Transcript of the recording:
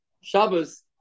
Shabbos